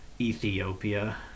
Ethiopia